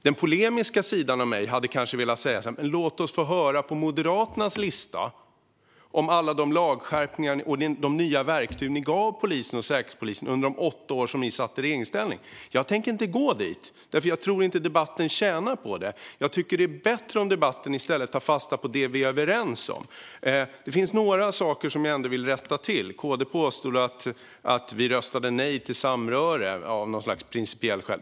Den polemiska sidan av mig hade kanske velat säga: Låt oss få höra Moderaternas lista över alla lagskärpningar ni gjorde och alla nya verktyg ni gav polisen och Säkerhetspolisen under era åtta år i regeringsställning. Men jag tänker inte gå dit, för jag tror inte att debatten tjänar på det. Jag tycker att det är bättre om debatten i stället tar fasta på det vi är överens om. Det finns några saker som jag ändå vill rätta till. KD påstod att vi röstade nej till samröre av något slags principiellt skäl.